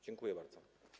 Dziękuję bardzo.